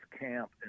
Camp